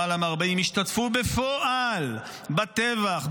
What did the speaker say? למעלה מ-40 השתתפו בפועל בטבח,